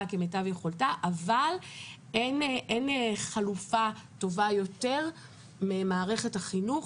כמיטב יכולתה אבל אין חלופה טובה יותר ממערכת החינוך